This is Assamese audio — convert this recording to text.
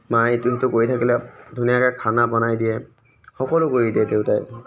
মায়ে ইটো সিটো কৰি থাকিলে ধুনীয়াকৈ খানা বনাই দিয়ে সকলো কৰি দিয়ে দেউতাই